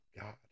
God